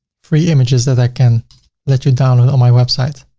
free images that i can let you download on my website.